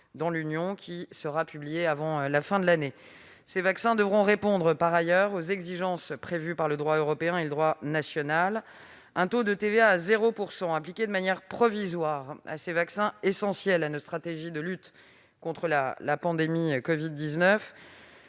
d'adoption, qui sera publiée avant la fin de l'année. Par ailleurs, ces vaccins devront répondre aux exigences prévues par le droit européen et le droit national. Un taux de TVA à 0 %, appliqué de manière provisoire à ces vaccins essentiels à notre stratégie de lutte contre la pandémie de covid-19,